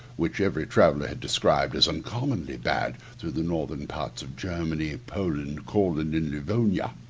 which every traveller had described as uncommonly bad through the northern parts of germany, poland, courland, and livonia.